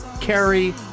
carry